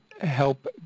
help